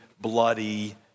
bloody